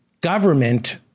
Government